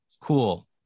cool